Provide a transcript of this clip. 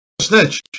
Snitch